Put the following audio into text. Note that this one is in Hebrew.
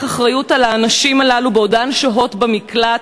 אחריות על הנשים הללו בעודן שוהות במקלט.